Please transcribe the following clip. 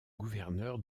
gouverneur